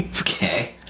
Okay